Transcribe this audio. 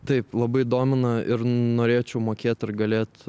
taip labai domina ir norėčiau mokėt ir galėt